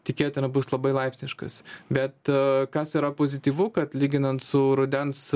tikėtina bus labai laipsniškas bet kas yra pozityvu kad lyginant su rudens